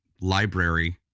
library